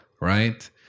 right